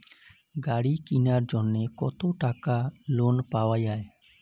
গাড়ি কিনার জন্যে কতো টাকা লোন পাওয়া য়ায়?